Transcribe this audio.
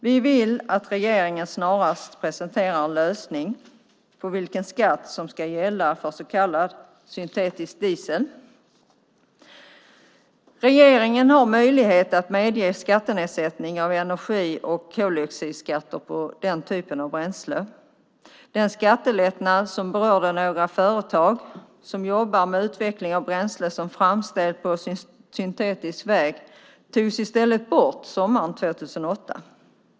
Vi vill att regeringen snarast presenterar en lösning på vilken skatt som ska gälla för så kallad syntetisk diesel. Regeringen har möjlighet att medge skattenedsättning av energi och koldioxidskatter på den typen av bränsle. Den skattelättnad som berörde några företag som jobbar med utveckling av bränsle som framställs på syntetisk väg togs i stället bort sommaren 2008.